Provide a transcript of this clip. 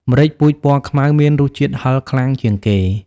ម្រេចពូជពណ៌ខ្មៅមានរសជាតិហិរខ្លាំងជាងគេ។